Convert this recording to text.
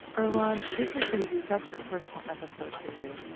earlonne, this has been such a personal episode for you.